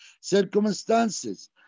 circumstances